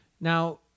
Now